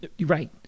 Right